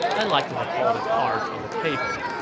i like to have all the cards on the table